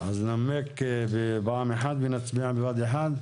אז תנמק בפעם אחת ונצביע בפעם אחת?